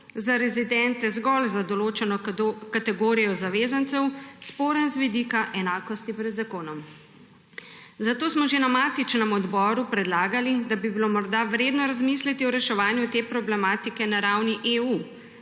za rezidente zgolj za določeno kategorijo zavezancev, sporen z vidika enakosti pred zakonom. Zato smo že na matičnem odboru predlagali, da bi bilo morda vredno razmisliti o reševanju te problematike na ravni EU,